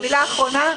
מילה אחרונה,